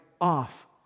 off